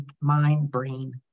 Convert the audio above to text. mind-brain